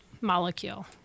molecule